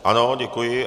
Ano, děkuji.